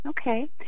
okay